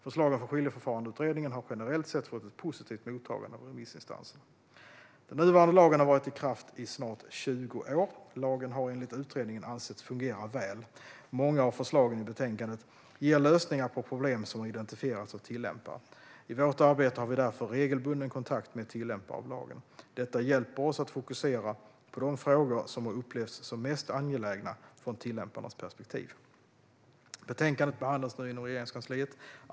Förslagen från Skiljeförfarandeutredningen har generellt sett fått ett positivt mottagande av remissinstanserna. Den nuvarande lagen har varit i kraft i snart 20 år. Lagen har enligt utredningen ansetts fungera väl. Många av förslagen i betänkandet ger lösningar på problem som har identifierats av tillämpare. I vårt arbete har vi därför regelbunden kontakt med tillämpare av lagen. Detta hjälper oss att fokusera på de frågor som har upplevts som mest angelägna från tillämparnas perspektiv. Betänkandet behandlas nu i Regeringskansliet.